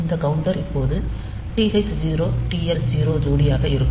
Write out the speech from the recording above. இந்த கவுண்டர் இப்போது TH0 TL0 ஜோடியாக இருக்கும்